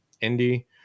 Indy